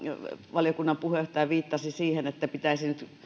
valiokunnan puheenjohtaja viittasi siihen että pitäisi